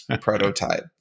prototype